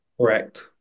Correct